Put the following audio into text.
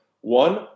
One